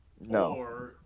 No